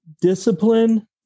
discipline